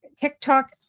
TikTok